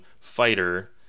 fighter